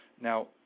Now